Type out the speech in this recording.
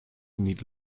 need